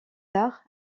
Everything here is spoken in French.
tard